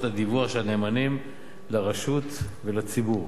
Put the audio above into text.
הדיווח של הנאמנים לרשות ולציבור.